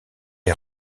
les